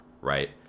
right